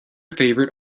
favorite